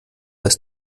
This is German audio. dass